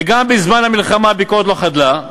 וגם בזמן המלחמה הביקורת לא חדלה.